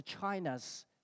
China's